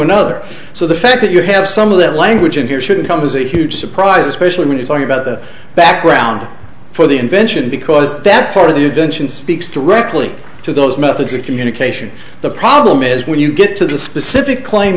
another so the fact that you have some of that language in here shouldn't come as a huge surprise especially when you talk about the background for the invention because that part of the adventure speaks directly to those methods of communication the problem is when you get to the specific claim